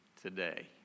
today